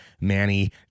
Manny